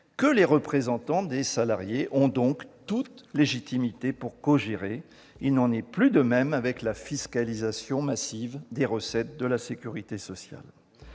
que les représentants des salariés ont toute légitimité à cogérer. Il n'en est plus de même avec la fiscalisation massive des recettes de la sécurité sociale.